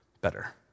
better